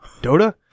Dota